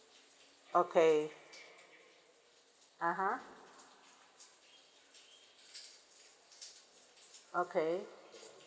okay (uh huh) okay